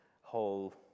whole